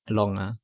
err long lah